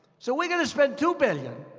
so we're going to spend two billion,